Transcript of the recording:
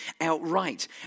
outright